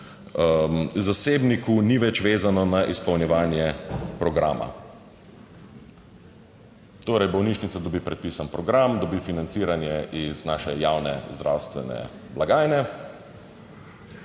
zasebniku ni več vezano na izpolnjevanje programa, torej bolnišnica dobi predpisan program, dobi financiranje iz naše javne zdravstvene blagajne,